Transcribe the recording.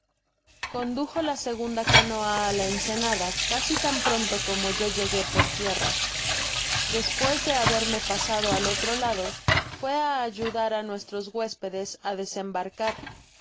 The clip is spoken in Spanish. condujo la segunda canoa á la ensenada casi tan pronto como yo llegué por tierra despues de haberme pasado al otro lado fué á ayudar á nuestros huéspedes á desembarcar mas